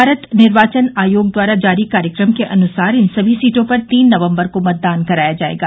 भारत निर्वाचन आयोग द्वारा जारी कार्यक्रम के अनुसार इन समी सीटों पर तीन नवम्बर को मतदान कराया जायेगा